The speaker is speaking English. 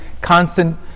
constant